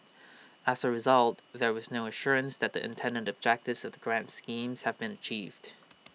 as A result there was no assurance that the intended objectives of the grant schemes had been achieved